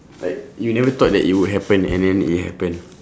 like you never thought that it would happen and then it happened